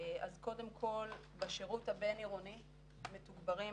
אז קודם כל בשירות הבין-עירוני מתוגברים,